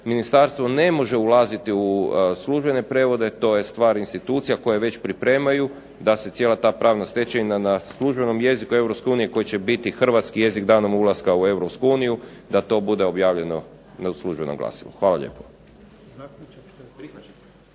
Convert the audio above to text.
Ministarstvo ne može ulaziti u službene prijevode, to je stvar institucija koje već pripremaju da se cijela ta pravna stečevina na službenom jeziku Europske unije koji će biti hrvatski jezik danom ulaska u Europsku uniju, da to bude objavljeno u službenom glasilu. Hvala lijepo.